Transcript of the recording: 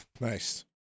Nice